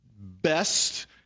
best